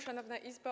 Szanowna Izbo!